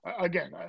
again